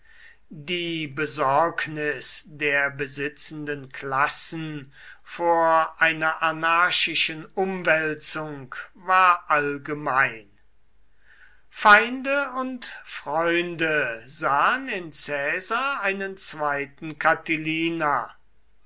die besorgnis der besitzenden klassen vor einer anarchischen umwälzung war allgemein feinde und freunde sahen in caesar einen zweiten